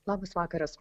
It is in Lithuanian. labas vakaras